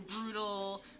brutal